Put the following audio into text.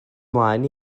mlaen